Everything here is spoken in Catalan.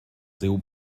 diu